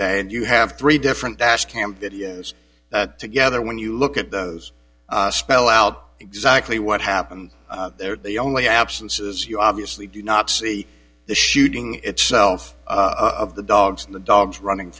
day and you have three different dash cam it is that together when you look at those spell out exactly what happened there the only absences you obviously do not see the shooting itself of the dogs and the dogs running